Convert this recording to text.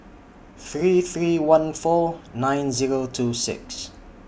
three three one four nine Zero two six